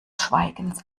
schweigens